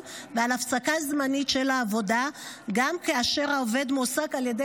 ועל הפסקה זמנית של העבודה גם כאשר העובד מועסק על ידי